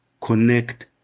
connect